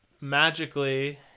magically